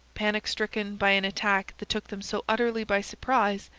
panic-stricken by an attack that took them so utterly by surprise,